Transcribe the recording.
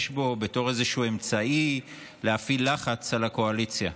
בו בתור איזשהו אמצעי להפעיל לחץ על הקואליציה.